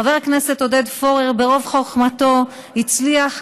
חבר הכנסת עודד פורר ברוב חוכמתו הצליח,